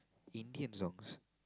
Indian songs